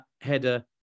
header